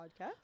podcast